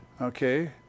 Okay